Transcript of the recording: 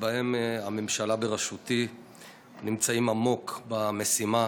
שבהם הממשלה בראשותי נמצאת עמוק במשימה